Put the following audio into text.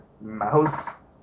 Mouse